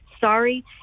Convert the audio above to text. Sorry